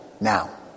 Now